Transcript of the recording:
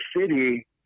city